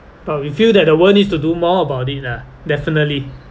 but we feel that the world needs to do more about it ah definitely